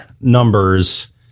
numbers